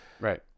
Right